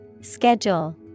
Schedule